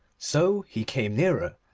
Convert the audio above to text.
so he came nearer,